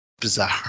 bizarre